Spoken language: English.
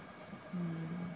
mm